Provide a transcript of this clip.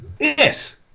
Yes